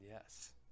Yes